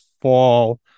fall